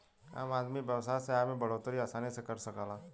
आम आदमी व्यवसाय से आय में बढ़ोतरी आसानी से कर सकला